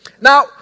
Now